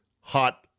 hot